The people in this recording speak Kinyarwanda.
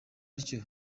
atyo